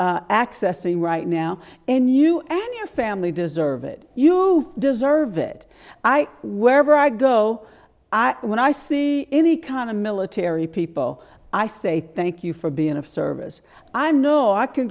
be accessing right now and you and your family deserve it you deserve it i were ever i go i when i see any kind of military people i say thank you for being of service i know i can